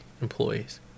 Employees